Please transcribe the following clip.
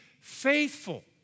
faithful